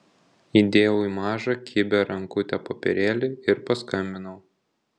įdėjau į mažą kibią rankutę popierėlį ir paskambinau